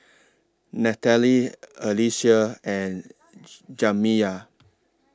Natalie Alycia and Jamiya